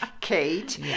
Kate